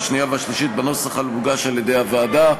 השנייה ובקריאה השלישית בנוסח המוגש על-ידי הוועדה,